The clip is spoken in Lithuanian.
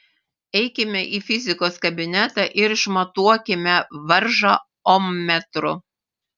eikime į fizikos kabinetą ir išmatuokime varžą ommetru